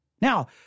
Now